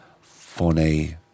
funny